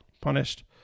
punished